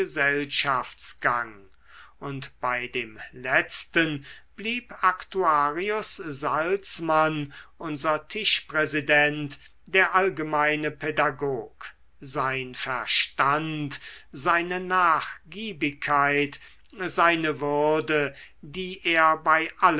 gesellschaftsgang und bei dem letzten blieb aktuarius salzmann unser tischpräsident der allgemeine pädagog sein verstand seine nachgiebigkeit seine würde die er bei